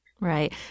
Right